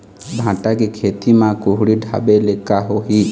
भांटा के खेती म कुहड़ी ढाबे ले का होही?